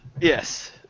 Yes